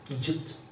Egypt